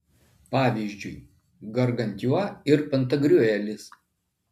pavyzdžiui gargantiua ir pantagriuelis